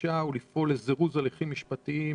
הענישה ולפעול לזירוז ההליכים המשפטיים,